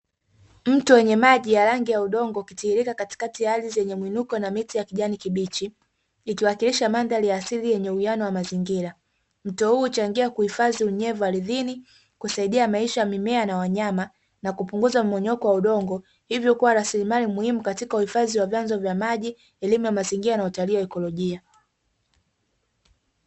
Mto wenye maji ya rangi ya udongo ukitiririka katikati ya ardhi yenye mwinuko na miti ya kijani kibichi ikiwakilisha mandhari asili yenye uwiano wa mazingira. Mto huu huchangia kuhifadhi unyevu ardhini kusaidia maisha ya mimea na wanyama na kupunguza mmonyoko wa udongo hivyo kuwa rasilimali muhimu katika uhifadhi wa vyanzo vya maji, elimu ya mazingira na utalii wa ekolojia.